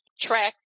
track